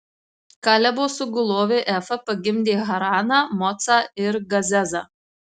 kalebo sugulovė efa pagimdė haraną mocą ir gazezą